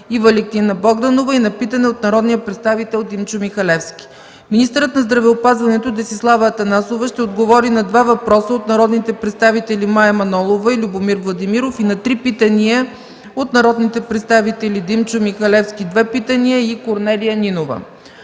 Валентина Богданова и на питане от народния представител Димчо Михалевски. Министърът на здравеопазването Десислава Атанасова ще отговори на 2 въпроса от народните представители Мая Манолова, и Любомир Владимиров и на 3 питания от народните представители Димчо Михалевски – 2 питания, и Корнелия Нинова.